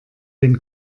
den